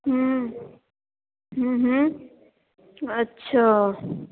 ह्म्म ह्म्म ह्म्म अच्छा